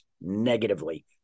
negatively